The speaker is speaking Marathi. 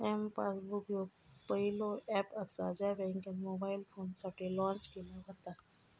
एम पासबुक ह्यो पहिलो ऍप असा ज्या बँकेन मोबाईल फोनसाठी लॉन्च केला व्हता